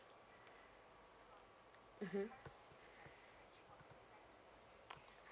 mmhmm